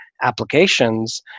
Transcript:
applications